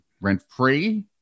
rent-free